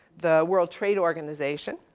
the world trade organization.